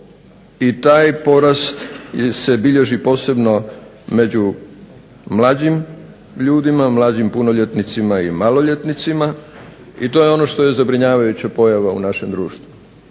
I taj porast se bilježi posebno među mlađim ljudima, među mlađim punoljetnicima i maloljetnicima i to je ono što je zabrinjavajuća pojava u našem društvu.